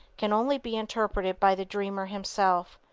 can only be interpreted by the dreamer himself,